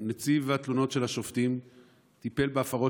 נציב התלונות של השופטים טיפל בהפרות